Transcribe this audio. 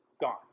Gone